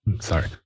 Sorry